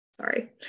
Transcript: sorry